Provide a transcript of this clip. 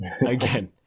Again